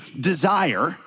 desire